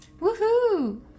Woohoo